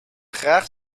graag